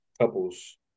couples